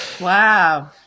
Wow